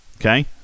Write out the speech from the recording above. okay